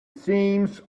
seems